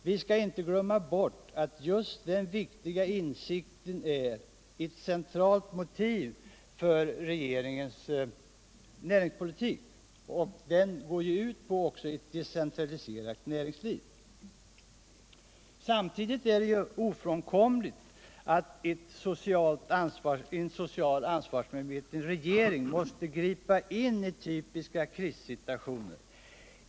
Vi skall inte glömma bort att just denna viktiga insats är det centrala motivet för regeringens näringspolitik, som går ut på ett decentraliserat näringsliv. Samtidigt är det ofrånkomligt att en socialt ansvarsmedveten regering måste gripa in i typiska krissituationer.